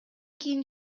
кийин